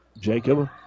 Jacob